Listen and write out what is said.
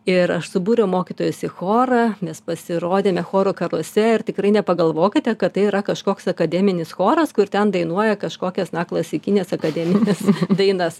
ir aš subūriau mokytojus į chorą mes pasirodėme chorų karuose ir tikrai nepagalvokite kad tai yra kažkoks akademinis choras kur ten dainuoja kažkokias na klasikines akademines dainas